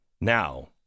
Now